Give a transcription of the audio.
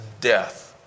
death